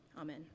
Amen